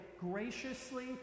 graciously